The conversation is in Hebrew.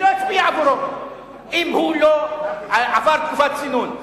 שלא יצביע עבורו אם הוא לא עבר תקופת צינון.